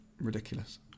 Ridiculous